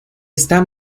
está